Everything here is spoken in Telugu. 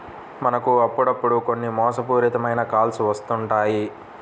మనకు అప్పుడప్పుడు కొన్ని మోసపూరిత మైన కాల్స్ వస్తుంటాయి